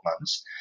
months